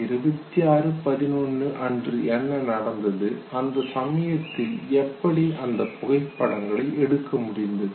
2611 அன்று என்ன நடந்தது அந்த சமயத்தில் எப்படி அந்த புகைப்படங்களை எடுக்க முடிந்தது